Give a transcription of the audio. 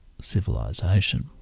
civilization